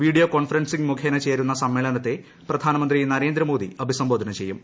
video conferencing മുഖേന ചേരുന്ന സമ്മേളനത്തെ പ്രധാനമന്ത്രി നരേന്ദ്രമോദി അഭിസംബോധന ചെയ്യും